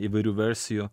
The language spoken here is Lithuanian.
įvairių versijų